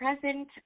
present